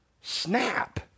Snap